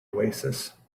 oasis